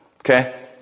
okay